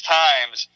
times